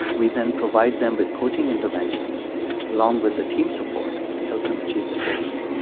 we then provide them with coaching interventions along with the team support to help them achieve their goals.